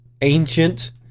ancient